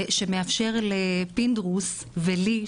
שמאפשר לפינדרוס ולי,